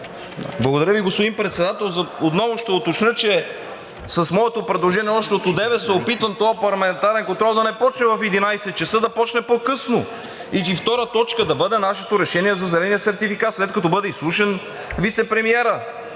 Благодаря Ви, господин Председател. Отново ще уточня, че с моето предложение още от одеве се опитвам този парламентарен контрол да не започне в 11,00 ч., а да започне по-късно и т. 2 да бъде нашето решение за зеления сертификат, след като бъде изслушан вицепремиерът